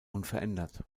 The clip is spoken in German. unverändert